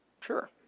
Sure